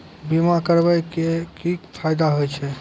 बीमा करबै के की फायदा होय छै?